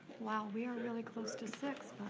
wow, we are really close to six,